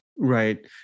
Right